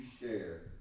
share